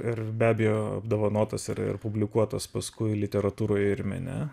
ir be abejo apdovanotas ir ir publikuotas paskui literatūroje ir mene